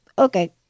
Okay